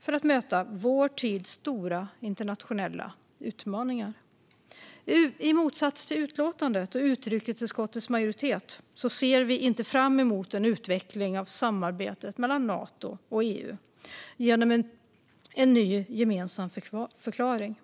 för att möta vår tids stora internationella utmaningar. Kommissionens arbetsprogram 2022 I motsats till utlåtandet och utrikesutskottets majoritet ser vi inte fram emot en utveckling av samarbetet mellan Nato och EU genom en ny gemensam förklaring.